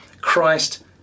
Christ